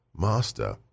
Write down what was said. Master